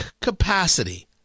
capacity